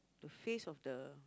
the face of the